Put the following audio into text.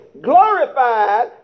glorified